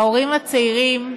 ההורים הצעירים,